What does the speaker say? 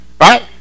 Right